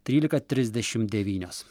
trylika trisdešim devynios